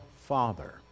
Father